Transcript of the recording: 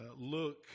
look